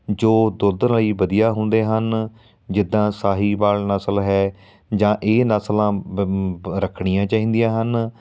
ਜੋ ਦੁੱਧ ਲਈ ਵਧੀਆ ਹੁੰਦੇ ਹਨ ਜਿੱਦਾਂ ਸਾਹੀਵਾਲ ਨਸਲ ਹੈ ਜਾਂ ਇਹ ਨਸਲਾਂ ਬ ਰੱਖਣੀਆਂ ਚਾਹੀਦੀਆਂ ਹਨ